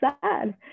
sad